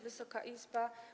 Wysoka Izbo!